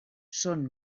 són